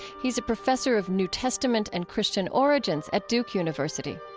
he's a professor of new testament and christian origins at duke university.